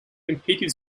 competed